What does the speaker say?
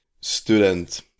student